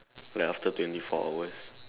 like after twenty four hours